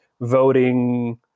voting